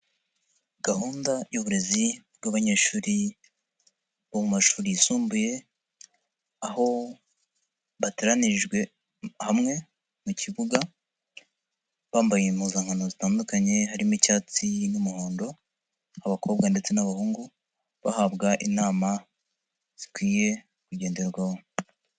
Gahunda y'uburezi bw'abanyeshuri bo mu mashuri yisumbuye, aho bateranirijwe hamwe mu kibuga, bambaye impuzankano zitandukanye harimo icyatsi n'umuhondo, abakobwa ndetse n'abahungu bahabwa inama zikwiye kugenderwaho.